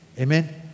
amen